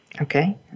Okay